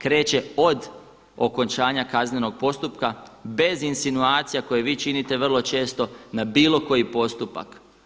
Kreće od okončanja kaznenog postupka bez insinuacija koje vi činite vrlo često na bilo koji postupak.